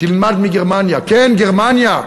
תלמד מגרמניה, כן, גרמניה.